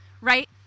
right